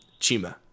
Chima